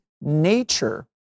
nature